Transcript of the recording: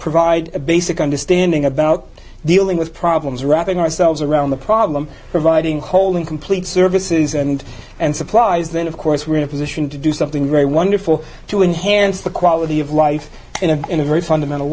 provide a basic understanding about dealing with problems wrapping ourselves around the problem providing whole incomplete services and and supplies then of course we are in a position to do something very wonderful to enhance the quality of life in a very fundamental